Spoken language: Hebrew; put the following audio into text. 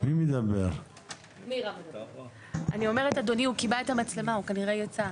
הצפיפות שם היא צפיפות גדולה, קרית יערים זה יישוב